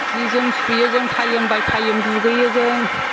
सि जोम सुयो जों टाइम बाय टाइम दुगैयो जों